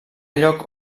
lloc